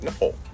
No